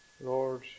Lord